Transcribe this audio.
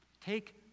Take